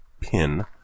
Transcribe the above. pin